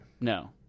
No